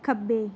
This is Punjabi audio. ਖੱਬੇ